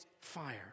fire